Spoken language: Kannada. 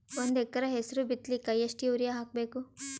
ಒಂದ್ ಎಕರ ಹೆಸರು ಬಿತ್ತಲಿಕ ಎಷ್ಟು ಯೂರಿಯ ಹಾಕಬೇಕು?